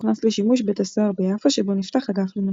הוכנס לשימוש בית הסוהר ביפו שבו נפתח אגף לנשים.